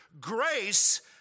Grace